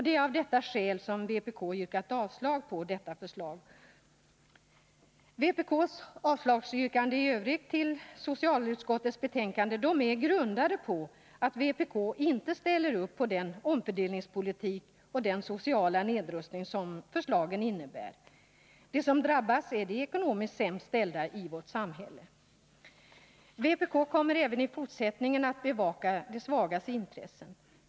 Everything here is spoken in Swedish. Det är av detta skäl som vpk yrkat avslag på detta förslag. Vpk:s avslagsyrkande i övrigt till de förslag som behandlats i socialförsäkringsutskottets betänkande är grundade på att vpk inte ställer upp på den omfördelningspolitik och den sociala nedrustning som förslagen innebär. De som drabbas är de ekonomiskt sämst ställda i vårt samhälle. Vpk kommer även i fortsättningen att bevaka de svagas intressen.